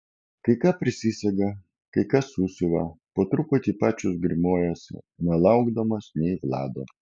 kai ką prisega kai ką susiuva po truputį pačios grimuojasi nelaukdamos nei vlado